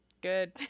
good